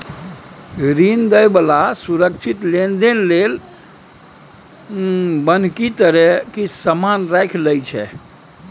ऋण दइ बला सुरक्षित लेनदेन लेल बन्हकी तरे किछ समान राखि लइ छै